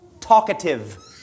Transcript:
talkative